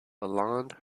lalonde